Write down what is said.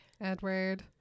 Edward